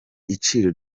iciro